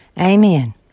Amen